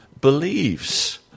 believes